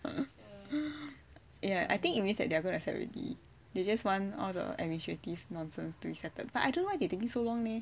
I think it means that they're gonna accept already they just want the administrative nonsense to be settled but I don't know why they taking so long leh